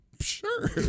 Sure